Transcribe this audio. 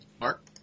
Mark